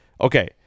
okay